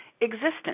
existence